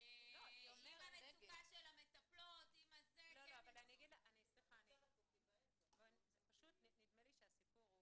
עם המצוקה של המטפלות --- נדמה לי שהסיפור הוא